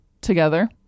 together